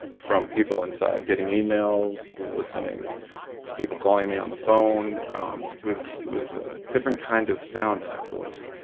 from people inside, getting emails, listening to people calling me on the phone um with with a different kind of sound in their voice.